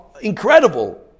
incredible